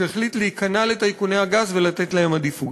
שהחליט להיכנע לטייקוני הגז ולתת להם עדיפות.